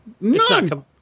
None